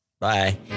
Bye